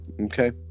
Okay